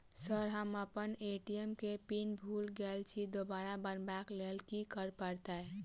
Sir हम अप्पन ATM केँ पिन भूल गेल छी दोबारा बनाब लैल की करऽ परतै?